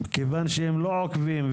מכיוון שהם לא עוקבים,